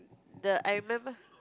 the I remember